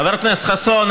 חבר הכנסת חסון,